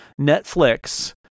Netflix